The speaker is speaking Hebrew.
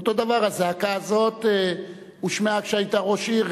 אותו דבר הזעקה הזאת הושמעה כשהיית ראש עיר.